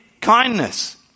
kindness